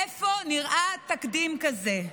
איפה נראה תקדים כזה?